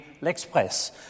L'Express